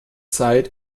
zeit